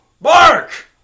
Mark